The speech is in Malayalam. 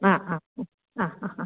ആ ആ ആ ആ ആ ആ